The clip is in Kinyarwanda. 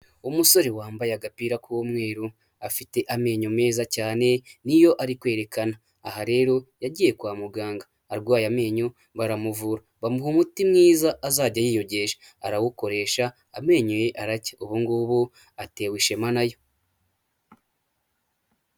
Umusore wambaye agapira k'umweru, afite amenyo meza cyane niyo ari kwerekana, aha rero yagiye kwa muganga arwaye amenyo baramuvura bamuha umuti mwiza azajya yiyogesha arawukoresha amenyo ye arake ubu ngubu atewe ishema na yo.